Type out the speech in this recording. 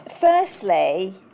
firstly